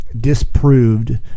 disproved